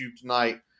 tonight